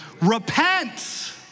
Repent